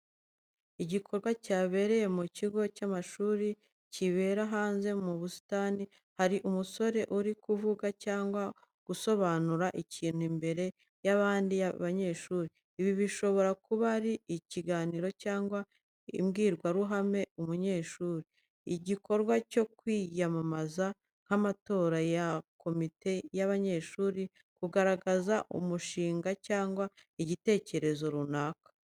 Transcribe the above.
Igikorwa cyabereye mu kigo cy’amashuri, kibera hanze mu busitani. Hari umusore uri kuvuga cyangwa gusobanura ikintu imbere y’abandi banyeshuri. Ibi bishobora kuba ari ikiganiro cyangwa imbwirwaruhame y’umunyeshuri. Igikorwa cyo kwiyamamaza nk’amatora ya komite y’abanyeshuri, kugaragaza umushinga cyangwa igitekerezo runaka.